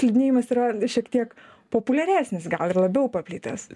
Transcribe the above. slidinėjimas yra šiek tiek populiaresnis gal ir labiau paplitęs